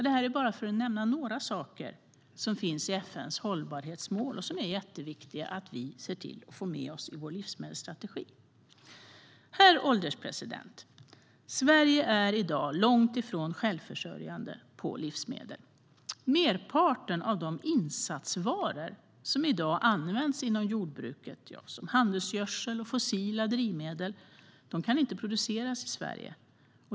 Det här är bara några saker som finns med i FN:s hållbarhetsmål och som är jätteviktiga att vi ser till att få med i vår livsmedelsstrategi. Herr ålderspresident! Sverige är i dag långt ifrån självförsörjande på livsmedel. Merparten av de insatsvaror som i dag används inom jordbruket, som handelsgödsel och fossila drivmedel, kan inte produceras i Sverige.